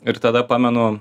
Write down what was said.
ir tada pamenu